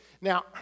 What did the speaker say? Now